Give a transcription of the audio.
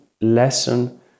lesson